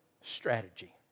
strategy